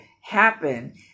happen